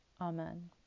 Amen